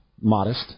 modest